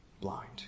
blind